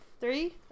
Three